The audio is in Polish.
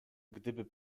gdyby